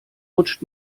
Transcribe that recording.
rutscht